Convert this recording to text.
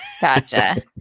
gotcha